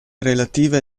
relative